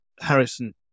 Harrison